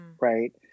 right